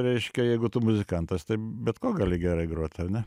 reiškia jeigu tu muzikantas bet kuo gali gerai grot ar ne